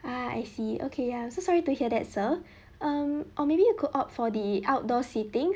ah I see okay ya so sorry to hear that sir um or maybe you could opt for the outdoor seating